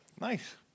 Nice